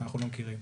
אנחנו לא מכירים,